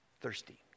Thirsty